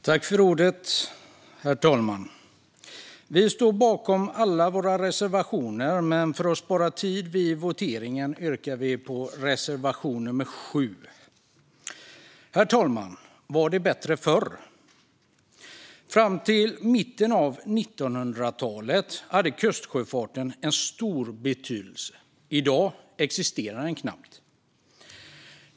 Herr talman! Vi står bakom alla våra reservationer, men för att spara tid vid voteringen yrkar vi bifall endast till reservation nummer 7. Herr talman! Var det bättre förr? Fram till mitten av 1900-talet hade kustsjöfarten stor betydelse, men i dag existerar den knappt.